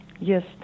Yes